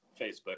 Facebook